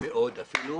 מאוד אפילו.